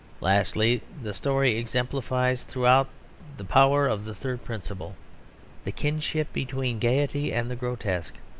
lastly, the story exemplifies throughout the power of the third principle the kinship between gaiety and the grotesque.